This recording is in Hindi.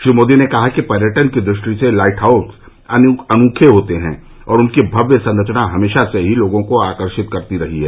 श्री मोदी ने कहा कि पर्यटन की दृष्टि से लाइट हाउस अनुठे होते हैं और उनकी भव्य संरचना हमेशा से ही लोगों को आकर्षित करती रही है